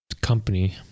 company